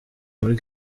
muri